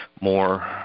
more